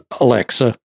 Alexa